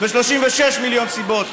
ו-36 מיליון סיבות,